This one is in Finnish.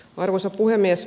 arvoisa puhemies